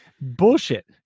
Bullshit